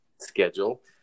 schedule